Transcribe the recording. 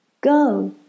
go